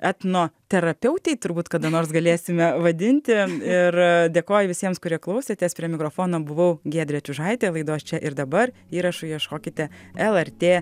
etno terapeutei turbūt kada nors galėsime vadinti ir dėkoju visiems kurie klausėtės prie mikrofono buvau giedrė čiužaitė laidos čia ir dabar įrašų ieškokite lrt